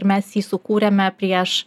ir mes jį sukūrėme prieš